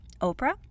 Oprah